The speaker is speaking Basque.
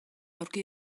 aurki